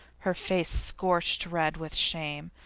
her face scorched red with shame,